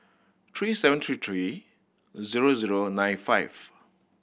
three seven three three zero zero nine five